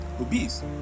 obese